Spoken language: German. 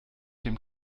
dem